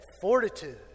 fortitude